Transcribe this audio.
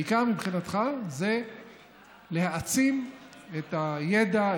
העיקר מבחינתך זה להעצים את הידע,